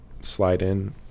slide-in